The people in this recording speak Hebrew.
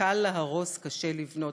קל להרוס, קשה לבנות.